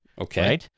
Okay